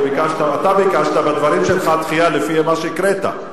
אתה ביקשת בדברים שלך דחייה לפי מה שהקראת.